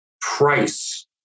price